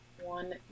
one